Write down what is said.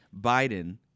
Biden